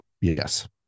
Yes